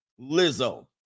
Lizzo